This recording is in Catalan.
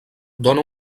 dóna